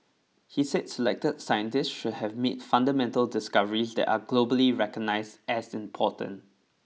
he said selected scientists should have made fundamental discoveries that are globally recognised as important